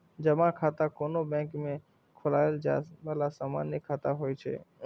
जमा खाता कोनो बैंक मे खोलाएल जाए बला सामान्य खाता होइ छै